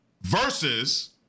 Versus